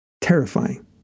terrifying